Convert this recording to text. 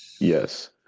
Yes